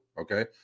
okay